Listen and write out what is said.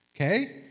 Okay